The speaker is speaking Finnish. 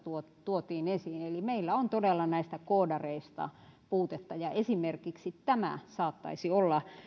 tuotiin esiin eli meillä on todella näistä koodareista puutetta esimerkiksi tämä saattaisi olla